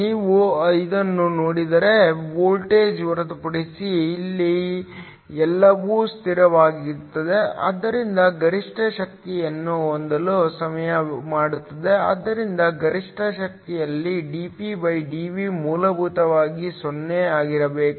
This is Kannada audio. ನೀವು ಅದನ್ನು ನೋಡಿದರೆ ವೋಲ್ಟೇಜ್ ಹೊರತುಪಡಿಸಿ ಇಲ್ಲಿ ಎಲ್ಲವೂ ಸ್ಥಿರವಾಗಿರುತ್ತದೆ ಆದ್ದರಿಂದ ಗರಿಷ್ಠ ಶಕ್ತಿಯನ್ನು ಹೊಂದಲು ಸಹಾಯಮಾಡುತ್ತದೆ ಆದ್ದರಿಂದ ಗರಿಷ್ಟ ಶಕ್ತಿಯಲ್ಲಿ dPdV ಮೂಲಭೂತವಾಗಿ 0 ಆಗಿರಬೇಕು